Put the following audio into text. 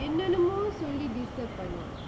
என்னென்னமோ சொல்லி:ennennamo solli disturb பண்ணுவா:pannuvaa